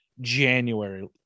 January